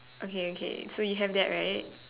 okay okay so you have that right